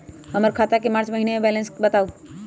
हमर खाता के मार्च महीने के बैलेंस के बताऊ?